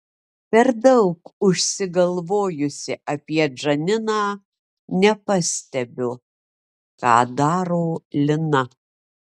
per daug užsigalvojusi apie džaniną nepastebiu ką daro lina